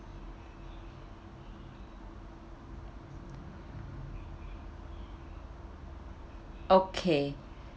okay